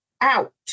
out